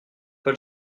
pas